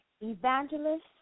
Evangelist